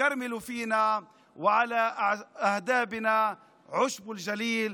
הרי הכרמל בנו, ועל שורשינו העשבים של הגליל.)